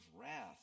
wrath